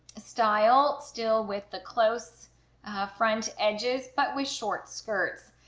style still with the closed front edges, but with short skirts.